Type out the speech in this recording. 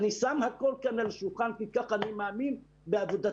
אני שם הכול על השולחן כי כך אני מאמין בעבודתי